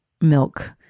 milk